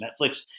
Netflix